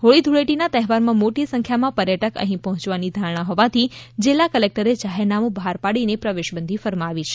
હોળી ધૂળેટી ના તહેવાર માં મોટી સંખ્યા માં પર્યટક અહી પહોંચવાની ધારણા હોવાથી જિલ્લા કલેકટરે જાહેરનામું બહાર પાડી ને પ્રવેશબંધી ફરમાવી છે